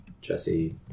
Jesse